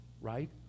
right